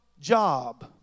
Job